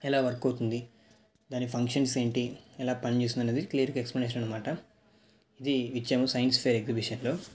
ఎలా వర్క్ అవుతుంది దాని ఫంక్షన్స్ ఏంటి ఎలా పనిచేస్తుంది అనేది క్లియర్గా ఎక్సప్లనేషన్ అన్నమాట ఇది ఇచ్చాము సైన్స్ ఫెయిర్ ఎగ్జిబీషన్లో